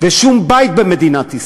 ושום בית במדינת ישראל.